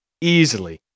easily